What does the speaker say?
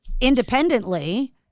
independently